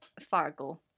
Fargo